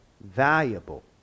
valuable